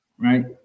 Right